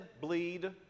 bleed